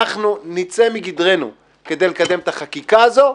שנצא מגדרנו כדי לקדם את החקיקה הזו,